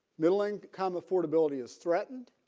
middle income affordability is threatened